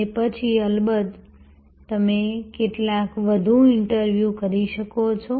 અને પછી અલબત્ત તમે કેટલાક વધુ ઇન્ટરવ્યુ કરી શકો છો